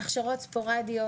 הכשרות ספורדיות,